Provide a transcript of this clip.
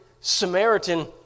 Samaritan